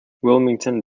wilmington